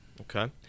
okay